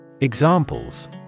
Examples